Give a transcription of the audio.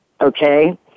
okay